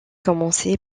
commencer